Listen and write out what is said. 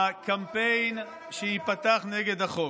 זה חוק פרסונלי בעבור ראש הממשלה נתניהו.